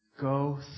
Go